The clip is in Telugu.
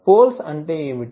పోల్స్ అంటే ఏమిటి